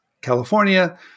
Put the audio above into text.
California